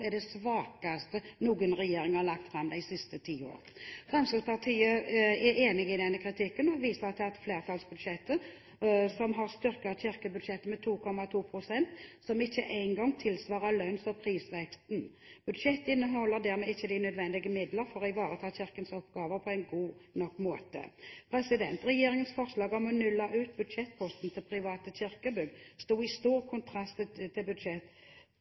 er det svakeste noen regjering har lagt fram de siste ti årene. Fremskrittspartiet er enig i denne kritikken og viser til at flertallet har styrket kirkebudsjettet med 2,2 pst., noe som ikke engang tilsvarer lønns- og prisveksten. Budsjettet inneholder dermed ikke de nødvendige midler for å ivareta Kirkens oppgaver på en god nok måte. Regjeringens forslag om å nulle ut budsjettposten til private kirkebygg sto i stor kontrast til